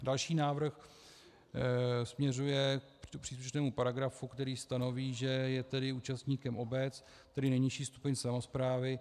Další návrh směřuje k příslušnému paragrafu, který stanoví, že je tedy účastníkem obec, tedy nejnižší stupeň samosprávy.